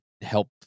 help